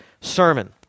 sermon